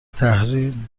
تحریف